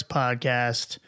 podcast